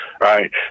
right